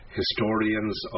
historians